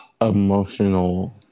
emotional